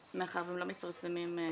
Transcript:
מאחר שהם לא מתפרסמים כהלכה.